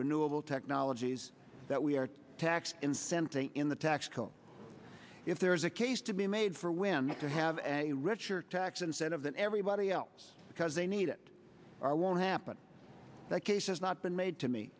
renewable technologies that we are tax incentives in the tax code if there is a case to be made for when to have a richer tax incentive than everybody else because they need it or won't happen that case has not been made to me